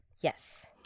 Yes